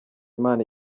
imana